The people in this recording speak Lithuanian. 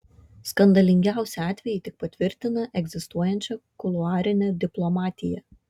skandalingiausi atvejai tik patvirtina egzistuojančią kuluarinę diplomatiją